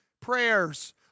prayers